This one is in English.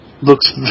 looks